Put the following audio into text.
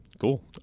Cool